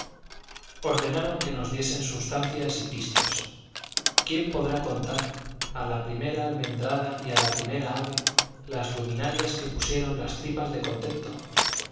ordenaron que nos diesen sustancias y pistos quién podrá contar a la primera almendrada y a la primera ave las luminarias que pusieron las tripas de contento